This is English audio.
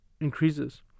increases